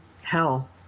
hell